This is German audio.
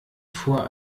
fuhr